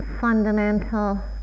fundamental